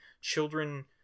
children